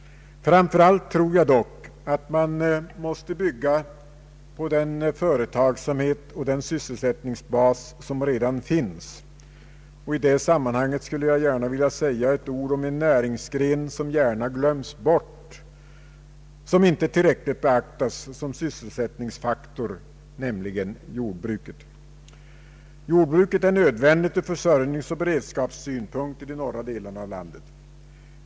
Framför allt tror jag dock att man måste bygga på den företagsamhet och den sysselsättningsbas som redan finns. I det sammanhanget skulle jag gärna vilja säga ett ord om en näringsgren som gärna glöms bort, som inte tillräckligt beaktas som sysselsättningsfaktor, nämligen jordbruket. Jordbruket är nödvändigt ur försörjningsoch beredskapssynpunkt i de norra delarna av landet.